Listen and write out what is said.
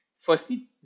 firstly